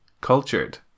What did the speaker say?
cultured